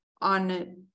on